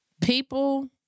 People